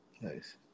Nice